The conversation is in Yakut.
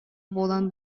буолан